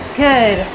good